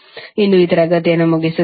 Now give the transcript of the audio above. ಇಂದು ಈ ತರಗತಿಯನ್ನು ಮುಗಿಸುತ್ತೇವೆ